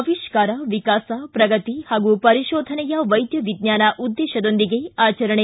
ಅವಿಷ್ಕಾರ ವಿಕಾಸ ಪ್ರಗತಿ ಹಾಗೂ ಪರಿಶೋಧನೆಯ ವೈದ್ಯ ವಿಜ್ಞಾನ ಉದ್ದೇಶದೊಂದಿಗೆ ಆಚರಣೆ